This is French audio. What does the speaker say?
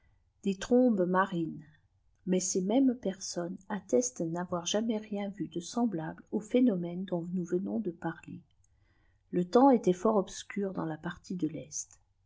des trôm tes marines i mais ces mêmes personnes attestent n'avoir jattiaîs tien vu de setamable au phénomène dont uous venons de trter té tettips était fort obscur dans la partie de l'est